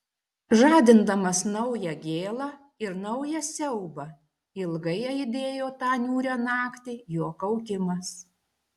žadindamas naują gėlą ir naują siaubą ilgai aidėjo tą niūrią naktį jo kaukimas